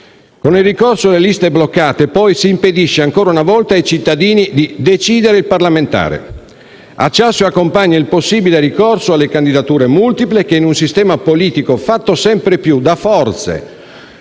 Con il ricorso alle liste bloccate, poi, si impedisce ancora una volta ai cittadini di scegliere il parlamentare. A ciò si accompagna il possibile ricorso alle candidature multiple che, in un sistema politico fatto sempre più da forze